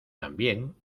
también